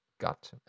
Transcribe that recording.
got